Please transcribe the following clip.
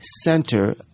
center